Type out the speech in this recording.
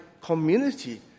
community